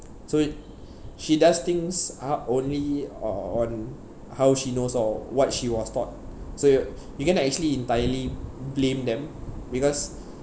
so she does things uh only on how she knows or what she was taught so you can't actually entirely blame them because